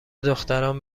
دختران